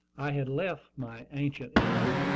i had left my ancient enemy,